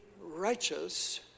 righteous